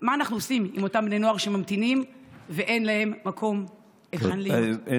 מה אנחנו עושים עם אותם בני נוער שממתינים ואין להם מקום היכן להיות?